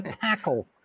tackle